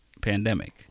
pandemic